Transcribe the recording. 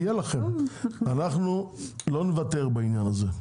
אנחנו לא נוותר בעניין הזה.